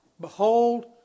behold